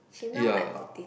ya